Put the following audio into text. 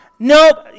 Nope